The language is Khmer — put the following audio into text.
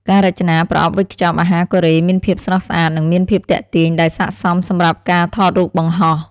ការរចនាប្រអប់វេចខ្ចប់អាហារកូរ៉េមានភាពស្រស់ស្អាតនិងមានភាពទាក់ទាញដែលស័ក្តិសមសម្រាប់ការថតរូបបង្ហោះ។